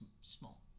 Small